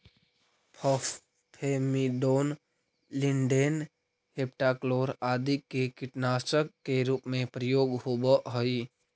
phosphamidon, lindane, heptachlor आदि के कीटनाशक के रूप में प्रयोग होवऽ हई